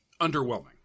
underwhelming